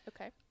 Okay